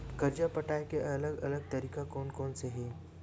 कर्जा पटाये के अलग अलग तरीका कोन कोन से हे?